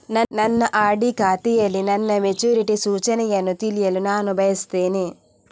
ನನ್ನ ಆರ್.ಡಿ ಖಾತೆಯಲ್ಲಿ ನನ್ನ ಮೆಚುರಿಟಿ ಸೂಚನೆಯನ್ನು ತಿಳಿಯಲು ನಾನು ಬಯಸ್ತೆನೆ